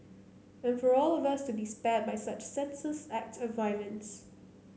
and for all of us to be spared by such senseless act of violence